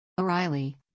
O'Reilly